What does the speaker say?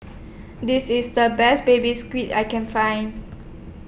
This IS The Best Baby Squid I Can Find